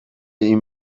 این